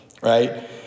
right